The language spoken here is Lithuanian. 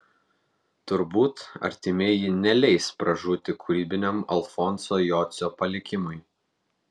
turbūt artimieji neleis pražūti kūrybiniam alfonso jocio palikimui